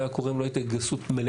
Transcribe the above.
היה קורה אם לא הייתה התגייסות מלאה